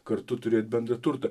kartu turėt bendrą turtą